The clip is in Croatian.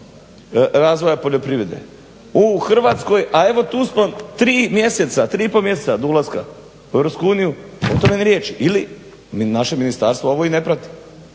razvoja poljoprivrede u Hrvatskoj, a evo tu smo tri mjeseca, tri i pol mjeseca do ulaska u EU, o tome ni riječi. Ili naše ministarstvo ovo i ne prati.